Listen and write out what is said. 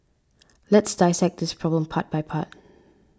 let's dissect this problem part by part